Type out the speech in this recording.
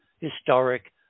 historic